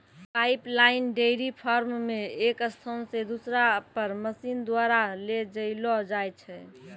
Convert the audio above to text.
pipeline dairy farm मे एक स्थान से दुसरा पर मशीन द्वारा ले जैलो जाय छै